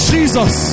Jesus